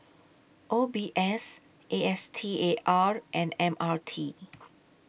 O B S A S T A R and M R T